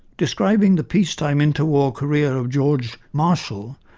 describing the peacetime inter-war career of george marshall,